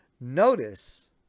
notice